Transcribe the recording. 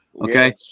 Okay